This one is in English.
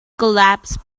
collapsed